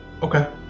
Okay